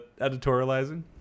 editorializing